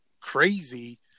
crazy